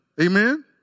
Amen